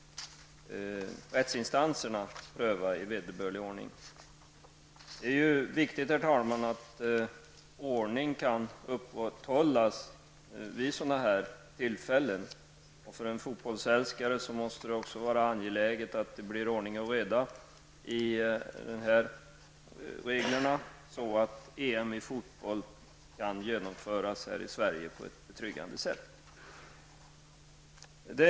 Rättsinstanserna får pröva detta i vederbörlig ordning. Herr talman! Det är viktigt att ordning kan upprätthållas vid sådana här tillfällen. För en fotbollsälskare måste det också vara angeläget att det blir ordning och reda i reglerna så att EM i fotboll kan genomföras i Sverige på ett betryggande sätt.